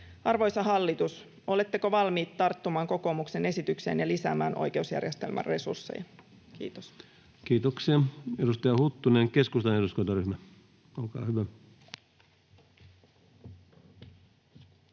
Arvoisa hallitus, oletteko valmiit tarttumaan kokoomuksen esitykseen ja lisäämään oikeusjärjestelmän resursseja? — Kiitos. Kiitoksia. — Edustaja Huttunen, keskustan eduskuntaryhmä, olkaa hyvä.